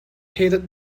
headed